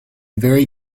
very